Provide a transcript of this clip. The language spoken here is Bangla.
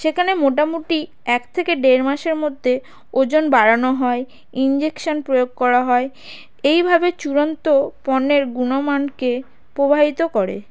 সেখানে মোটামুটি এক থেকে দেড় মাসের মধ্যে ওজন বাড়ানো হয় ইঞ্জেকশান প্রয়োগ করা হয় এইভাবে চূড়ান্ত পণ্যের গুণমানকে প্রভাবিত করে